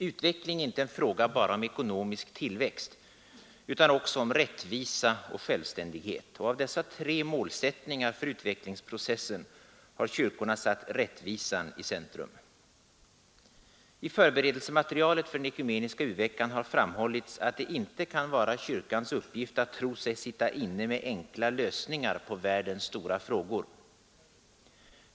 Utveckling är inte en fråga bara om ekonomisk tillväxt utan också om rättvisa och självständighet, och av dessa tre målsättningar för utvecklingsprocessen har kyrkorna satt rättvisan i centrum. I förberedelsematerialet för den ekumeniska u-veckan har framhållits, att det inte kan vara kyrkans uppgift att tro sig sitta inne med enkla lösningar på världens stora frågor.